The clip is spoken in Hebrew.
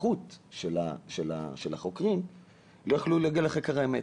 לא יכלו להגיע לחקר האמת.